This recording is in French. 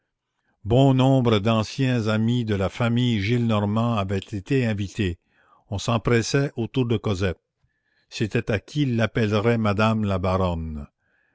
bon nombre d'anciens amis de la famille gillenormand avaient été invités on s'empressait autour de cosette c'était à qui l'appellerait madame